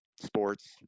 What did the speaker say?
sports